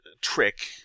trick